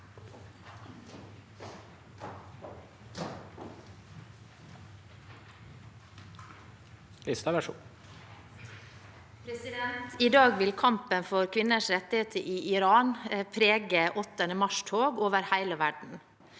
I dag vil kampen for kvinners rettigheter i Iran prege 8. mars-tog over hele verden.